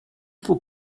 faut